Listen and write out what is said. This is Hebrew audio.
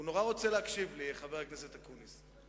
הוא נורא רוצה להקשיב לי, חבר הכנסת אקוניס.